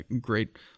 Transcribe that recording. Great